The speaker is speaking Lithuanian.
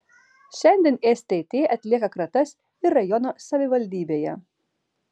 šiandien stt atlieka kratas ir rajono savivaldybėje